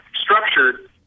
structured